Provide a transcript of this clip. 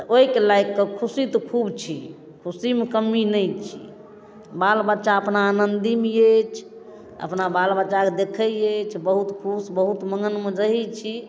तऽ ओहिके लागिके खुशी तऽ खूब छी खुशीमे कमी नहि छी बाल बच्चा अपना आनन्दीमे अछि अपना बाल बच्चाके देखै अछि बहुत खुश बहुत मगनमे रहै छी